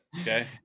Okay